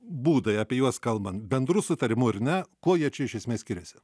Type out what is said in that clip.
būdai apie juos kalbant bendru sutarimu ir ne kuo jie čia iš esmės skiriasi